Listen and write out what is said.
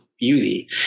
beauty